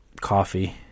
Coffee